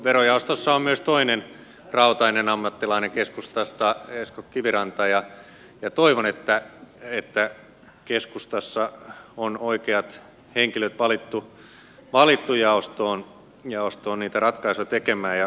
verojaostossa on myös toinen rautainen ammattilainen keskustasta esko kiviranta ja toivon että keskustassa on oikeat henkilöt valittu jaostoon niitä ratkaisuja tekemään